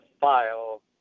file